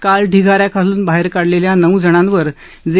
काल ढिगाऱ्याखालून बाहेर काढलेल्या नऊ जणांवर जे